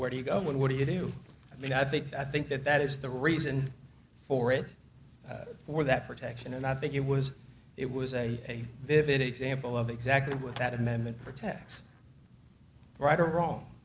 where do you go and what do you do i mean i think i think that that is the reason for it or that protection and i think it was it was a vivid example of exactly with that and then protect right or wrong